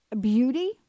beauty